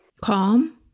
Calm